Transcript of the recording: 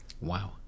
Wow